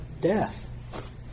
death